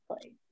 place